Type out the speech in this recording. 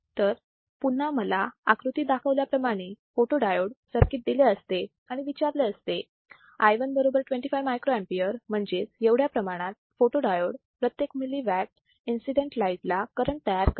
तर पुन्हा मला आकृतीत दाखवल्याप्रमाणे फोटोडायोड सर्किट दिले असते आणि विचारले असते की i1 बरोबर 25 microampere म्हणजेच एवढ्या प्रमाणात फोटोडायोड प्रत्येक मिलीवॉट इन्सिडेंट लाईट ला करण तयार करत आहे